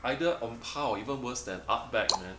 either on par or even worse than Ardbeg man